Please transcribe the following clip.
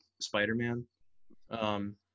Spider-Man